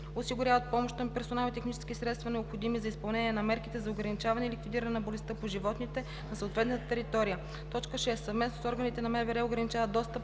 осигуряват помощен персонал и технически средства, необходими за изпълнение на мерките за ограничаване и ликвидиране на болестта по животните на съответната територия; 6. съвместно с органите на МВР ограничават достъпа